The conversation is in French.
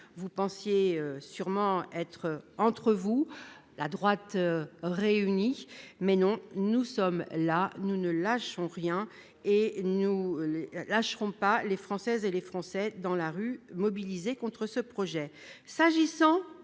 Vous pensiez sûrement être entre vous, la droite réunie ... Mais non, nous sommes là, nous ne lâchons rien et nous ne lâcherons pas les Françaises et les Français mobilisés dans la rue contre ce projet.